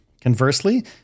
Conversely